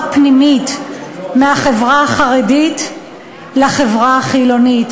פנימית מהחברה החרדית לחברה החילונית.